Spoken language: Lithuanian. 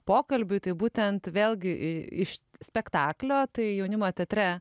pokalbiui tai būtent vėlgi iš spektaklio tai jaunimo teatre